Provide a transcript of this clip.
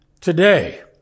today